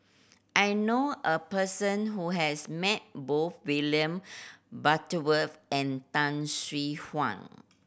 I know a person who has met both William Butterworth and Tan Swie Hian